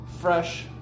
fresh